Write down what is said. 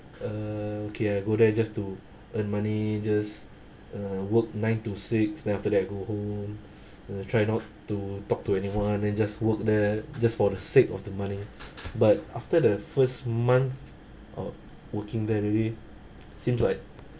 uh okay I go there just to earn money just uh work nine to six then after that go home uh try not to talk to anyone and just work there just for the sake of the money but after the first month of working already seems like